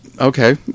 Okay